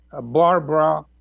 Barbara